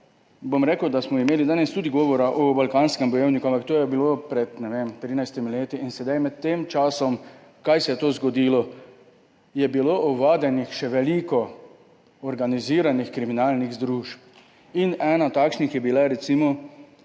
bom, da smo imeli danes tudi govora o Balkanskem bojevniku, ampak to je bilo pred, ne vem, 13 leti. Med tem časom, kaj se je tu zgodilo? Ovadenih je bilo še veliko organiziranih kriminalnih združb. Ena takšnih je bila recimo